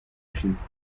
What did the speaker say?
ushize